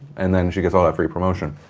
and then she gets all that free promotion.